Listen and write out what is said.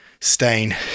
stain